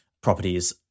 properties